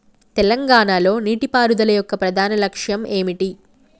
తెలంగాణ లో నీటిపారుదల యొక్క ప్రధాన లక్ష్యం ఏమిటి?